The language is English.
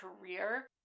career